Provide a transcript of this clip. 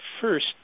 first